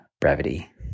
brevity